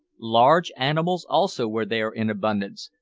large animals also were there in abundance,